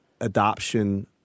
adoption